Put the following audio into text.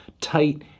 tight